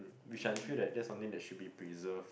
which like I feel that that something that should be preserved